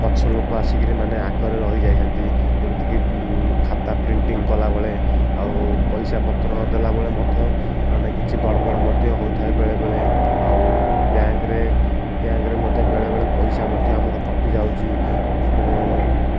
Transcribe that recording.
ପଛ ଲୋକ ଆସିକିରି ମାନେ ଆଗରେ ରହିଯାଇଥାନ୍ତି ଯେମିତିକି ଖାତା ପ୍ରିଣ୍ଟିଂ କଲାବେଳେ ଆଉ ପଇସାପତ୍ର ଦେଲାବେଳେ ମଧ୍ୟ ମାନେ କିଛି ଗଡ଼ବଡ଼ ମଧ୍ୟ ହୋଇଥାଏ ବେଳେବେଳେ ଆଉ ବ୍ୟାଙ୍କରେ ବ୍ୟାଙ୍କରେ ମଧ୍ୟ ବେଳେବେଳେ ପଇସା ମଧ୍ୟ ଆମର କଟିଯାଉଛି ମାନେ